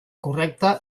correcta